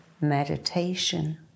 meditation